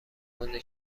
گنده